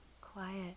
quiet